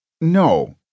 No